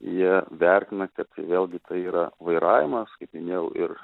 jie vertina tik vėlgi tai yra vairavimas kaip minėjau ir